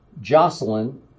Jocelyn